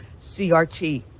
CRT